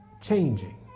changing